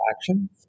Action